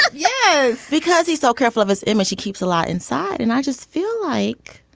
but yeah. because he's so careful of his image he keeps a lot inside. and i just feel like